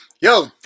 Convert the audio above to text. Yo